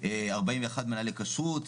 41 מנהלי כשרות.